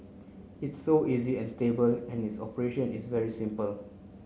it's so easy and stable and its operation is very simple